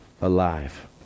alive